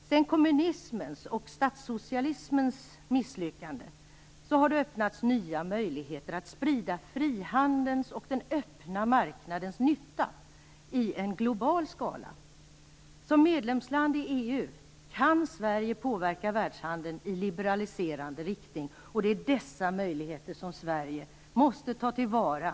Sedan kommunismens och statssocialismens misslyckande har det öppnats nya möjligheter att sprida frihandelns och den öppna marknadens nytta i en global skala. Som medlemsland i EU kan Sverige påverka världshandeln i liberaliserande riktning, och det är dessa möjligheter som Sverige måste ta till vara.